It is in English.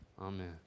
Amen